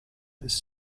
this